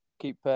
keep